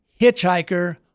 hitchhiker